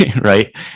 right